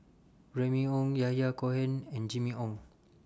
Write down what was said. Remy Ong Yahya Cohen and Jimmy Ong